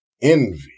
envy